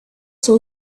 saw